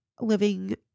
living